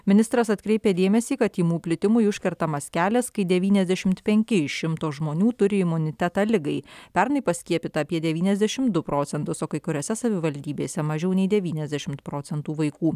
ministras atkreipė dėmesį kad tymų plitimui užkertamas kelias kai devyniasdešim penki šimto žmonių turi imunitetą ligai pernai paskiepyta apie devyniasdešim du procentus o kai kuriose savivaldybėse mažiau nei devyniasdešim procentų vaikų